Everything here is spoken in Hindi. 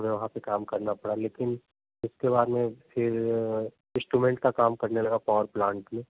फ़िर वहाँ पर काम करना पड़ा लेकिन उसके बाद फ़िर इंस्ट्रूमेंट का काम करने लगा पावर प्लांट में